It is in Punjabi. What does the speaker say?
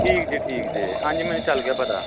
ਠੀਕ ਜੇ ਠੀਕ ਜੇ ਹਾਂਜੀ ਮੈਨੂੰ ਚੱਲ ਗਿਆ ਪਤਾ